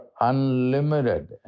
unlimited